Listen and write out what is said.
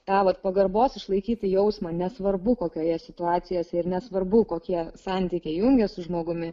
tą vat pagarbos išlaikyti jausmą nesvarbu kokioje situacijose ir nesvarbu kokie santykiai jungia su žmogumi